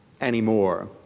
anymore